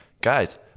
guys